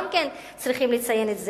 גם כן צריכים לציין את זה,